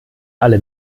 alle